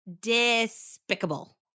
despicable